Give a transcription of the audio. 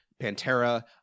Pantera